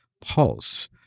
Pulse